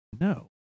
no